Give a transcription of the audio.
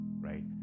right